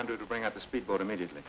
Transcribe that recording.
answer to bring up a speedboat immediately